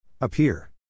Appear